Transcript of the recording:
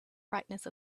brightness